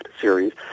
series